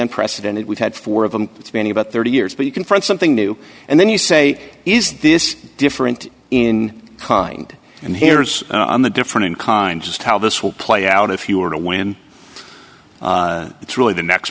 unprecedented we've had four of them it's been about thirty years but you confront something new and then you say is this different in kind and here's the different in kind just how this will play out if you were to win it's really the next